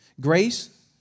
Grace